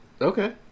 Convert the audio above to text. Okay